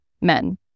men